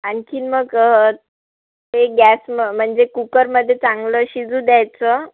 आणखी मग ते गॅस म म्हणजे कुकरमध्ये चांगलं शिजू द्यायचं